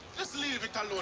just leave it alone,